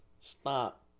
Stop